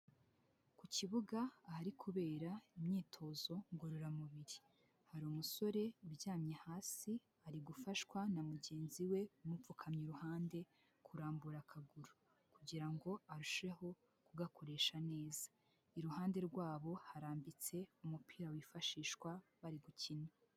Ku kibuga ahari kubera imyitozo ngororamubiri hari umusore uryamye hasi ari gufashwa na mugenzi we umupfukamye iruhande kurambura akaguru kugira ngo arusheho kugakoresha neza, iruhande rwabo harambitse umupira wifashishwa bari gukina.